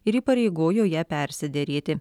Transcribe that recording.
ir įpareigojo ją persiderėti